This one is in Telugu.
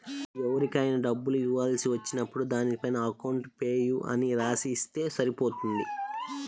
ఎవరికైనా డబ్బులు ఇవ్వాల్సి వచ్చినప్పుడు దానిపైన అకౌంట్ పేయీ అని రాసి ఇస్తే సరిపోతుంది